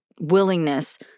willingness